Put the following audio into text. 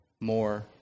more